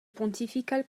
pontificale